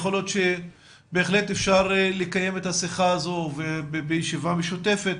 יכול להיות שבהחלט אפשר לקיים את השיחה הזאת בישיבה משותפת